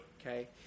okay